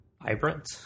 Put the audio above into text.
vibrant